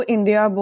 India